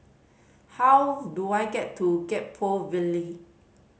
how do I get to Gek Poh Ville